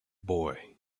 boy